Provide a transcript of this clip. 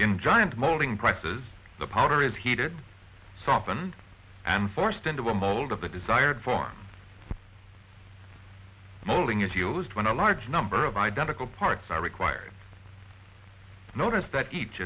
in giant molding prices the powder is heated soften and forced into a mold of the desired form molding is used when a large number of identical parts are required notice that each